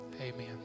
Amen